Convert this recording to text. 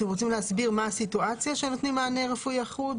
אתם רוצים להסביר מה הסיטואציה כשנותנים מענה רפואי אחוד?